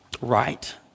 right